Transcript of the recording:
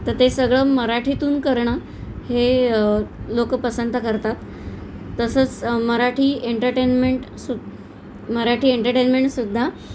तर ते सगळं मराठीतून करणं हे लोकं पसंत करतात तसंच मराठी एंटरटेन्मेंट सु मराठी एंटरटेन्मेंटसुद्धा